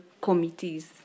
committees